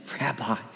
Rabbi